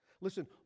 Listen